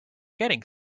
getting